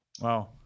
wow